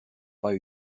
pas